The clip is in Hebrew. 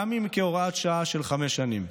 גם הם כהוראת שעה של חמש שנים,